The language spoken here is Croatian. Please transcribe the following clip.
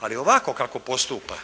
Ali ovako kako postupa